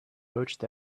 poached